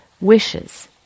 wishes